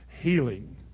healing